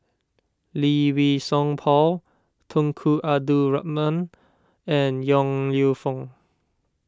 Lee Wei Song Paul Tunku Abdul Rahman and Yong Lew Foong